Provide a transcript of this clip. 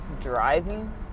driving